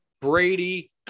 Brady